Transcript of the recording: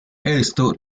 esto